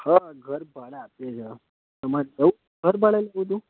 હા ઘર ભાડે આપીએ છે તમારે કયું ઘર ભાડે લેવુ હતું